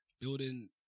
building